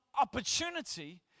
opportunity